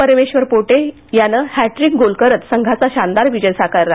परमेश्वर पोटे यानं hat trick goal करत संघाचा शानदार विजय साकार केला